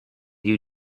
you